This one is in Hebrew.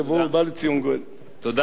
תודה רבה לחבר הכנסת כץ.